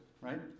right